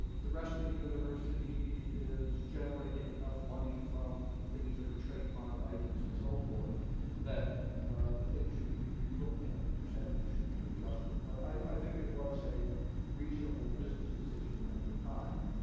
the rest of the university is generating enough money from things that are trademark items and so forth that the thing should be re-looked at, the percentages should be readjusted. but i think it was a reasonable business decision at the time.